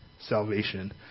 salvation